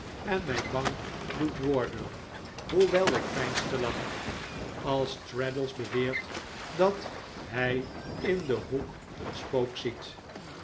en mij bang doet worden hoewel ik veins te lachen als traddles beweert dat hij in den hoek een spook ziet